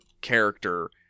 character